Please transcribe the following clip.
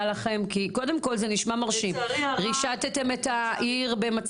אמרת את זה במילים אחרות,